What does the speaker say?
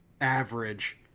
average